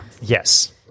Yes